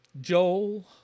Joel